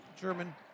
German